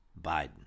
Biden